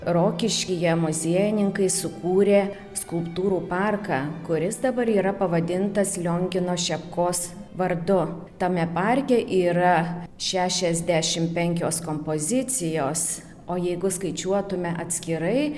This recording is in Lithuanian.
rokiškyje muziejininkai sukūrė skulptūrų parką kuris dabar yra pavadintas liongino šepkos vardu tame parke yra šešiasdešim penkios kompozicijos o jeigu skaičiuotume atskirai